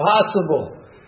possible